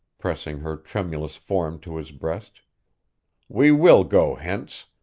pressing her tremulous form to his breast we will go hence,